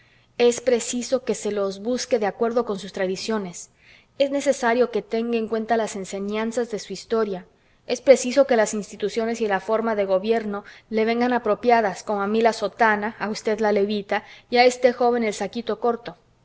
es preciso que se los busque de acuerdo con sus tradiciones es necesario que tenga en cuenta las enseñanzas de su historia es preciso que las instituciones y la forma de gobierno le vengan apropiadas como a mí la sotana a usted la levita y a este joven el saquito corto